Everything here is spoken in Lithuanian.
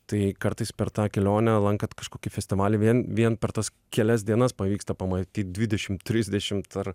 tai kartais per tą kelionę lankant kažkokį festivalį vien vien per tas kelias dienas pavyksta pamatyt dvidešimt trisdešimt ar